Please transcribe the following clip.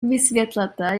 vysvětlete